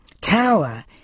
Tower